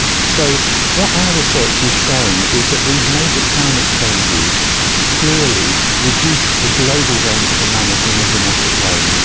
so what our research is showing is that these major climate changes clearly reduced the global range of the mammoth in a dramatic way.